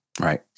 right